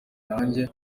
nanjye